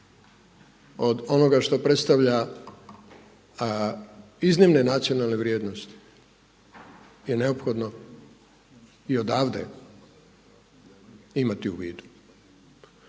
od onoga što predstavlja iznimne nacionalne vrijednosti je neophodno i odavde imati u vidu.